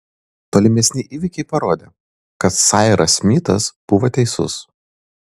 tolimesni įvykiai parodė kad sairas smitas buvo teisus